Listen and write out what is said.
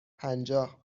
پنجاه